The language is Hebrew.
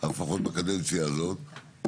אבל לפחות בקדנציה הזאת.